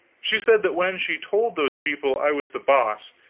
she said that when she told those people i was the boss,